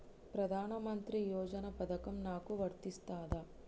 ప్రధానమంత్రి యోజన పథకం నాకు వర్తిస్తదా?